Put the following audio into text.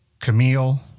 Camille